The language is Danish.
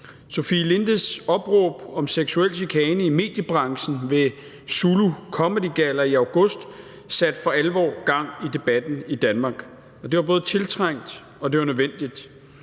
Sofie Lindes opråb om seksuel chikane i mediebranchen ved Zulu Comedy Galla i august satte for alvor gang i debatten i Danmark, og det var både tiltrængt, og det